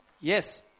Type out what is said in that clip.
yes